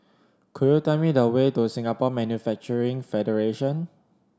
could you tell me the way to Singapore Manufacturing Federation